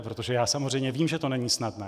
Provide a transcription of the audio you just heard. Protože já samozřejmě vím, že to není snadné.